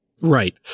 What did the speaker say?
Right